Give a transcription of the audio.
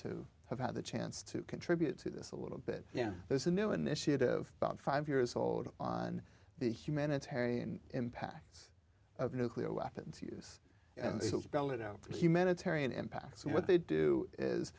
have had the chance to contribute to this a little bit yeah there's a new initiative about five years old on the humanitarian impacts of nuclear weapons use and so spell it out for humanitarian impacts and what they do is